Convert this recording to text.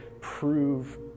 prove